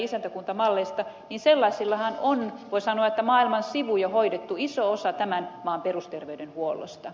sellaisillahan on voi sanoa maailman sivu jo hoidettu iso osa tämän maan perusterveydenhuollosta